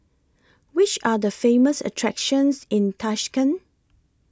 Which Are The Famous attractions in Tashkent